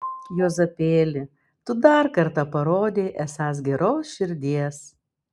juozapėli tu dar kartą parodei esąs geros širdies